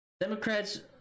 Democrats